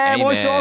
Amen